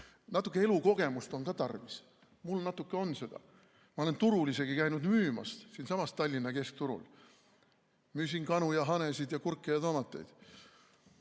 natuke elukogemust on tarvis. Mul natuke seda on, ma olen isegi turul käinud müümas, siinsamas Tallinna keskturul. Müüsin kanu ja hanesid ja kurke ja tomateid.